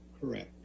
Correct